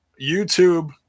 YouTube